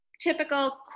typical